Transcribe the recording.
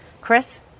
Chris